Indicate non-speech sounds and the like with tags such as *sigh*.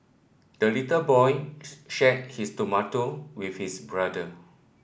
the little boy *unintelligible* shared his tomato with his brother